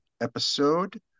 episode